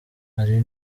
hari